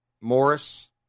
morris